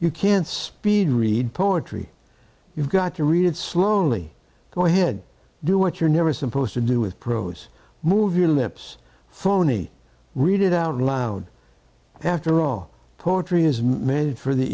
you can't speed read poetry you've got to read it slowly go ahead do what you're never supposed to do with prose move your lips phoney read it out loud after all poetry is mad for the